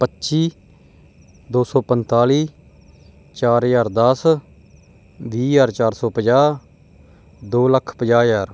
ਪੱਚੀ ਦੋ ਸੌ ਪੰਤਾਲੀ ਚਾਰ ਹਜ਼ਾਰ ਦਸ ਵੀਹ ਹਜ਼ਾਰ ਚਾਰ ਸੌ ਪੰਜਾਹ ਦੋ ਲੱਖ ਪੰਜਾਹ ਹਜ਼ਾਰ